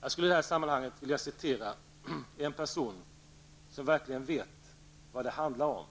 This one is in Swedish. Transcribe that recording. Jag skulle i detta sammanhang vilja citera en person, som verkligen vet vad det handlar om,